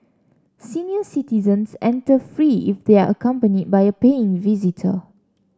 senior citizens enter free if they are accompanied by a paying visitor